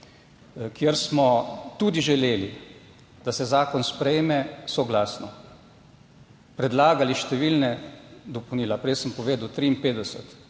kjer smo tudi želeli, da se zakon sprejme soglasno, predlagali številna dopolnila, prej sem povedal 53.